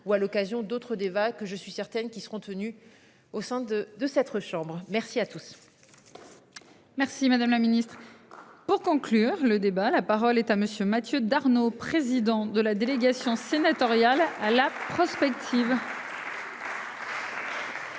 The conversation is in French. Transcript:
ou à l'occasion d'autres débats que je suis certaine qu'ils seront tenus au sein de de cette chambre. Merci à tous. Merci, madame la Ministre. Pour conclure le débat. La parole est à monsieur Mathieu Darnaud, président de la délégation. Sénatoriale à la prospective.